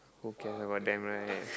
who cares about them right